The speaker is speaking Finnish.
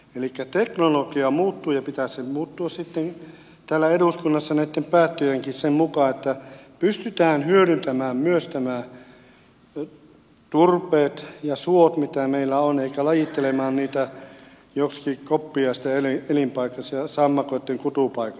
elikkä teknologia muuttuu ja pitää muuttua sitten täällä eduskunnassa näitten päättäjienkin sen mukaan että pystytään hyödyntämään myös nämä turpeet ja suot mitä meillä on eikä lajittelemaan niitä joksikin koppiaisten elinpaikaksi ja sammakoitten kutupaikoiksi